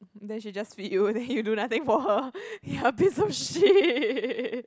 then she just feed you then you do nothing for her you are a piece of shit